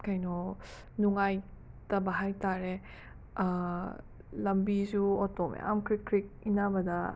ꯀꯩꯅꯣ ꯅꯨꯡꯉꯥꯏꯇꯕ ꯍꯥꯏ ꯇꯥꯔꯦ ꯂꯝꯕꯤꯁꯨ ꯑꯣꯇꯣ ꯃꯌꯥꯝ ꯀ꯭ꯔꯤꯛ ꯀ꯭ꯔꯤꯛ ꯏꯟꯅꯕꯗ